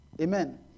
Amen